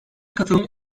katılımı